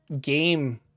game